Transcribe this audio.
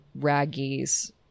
raggies